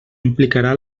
implicarà